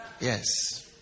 Yes